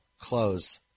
close